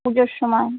পুজোর সময়